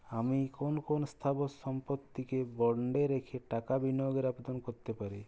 আমি কোন কোন স্থাবর সম্পত্তিকে বন্ডে রেখে টাকা বিনিয়োগের আবেদন করতে পারি?